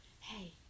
Hey